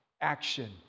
action